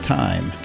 time